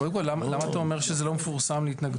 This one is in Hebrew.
קודם כל, למה אתה אומר שזה לא מפורסם להתנגדויות?